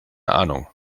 ahnung